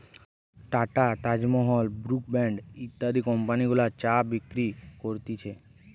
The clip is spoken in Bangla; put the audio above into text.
tata, Taj Mahal, Brooke Bond ইত্যাদি কম্পানি গুলা চা বিক্রি করতিছে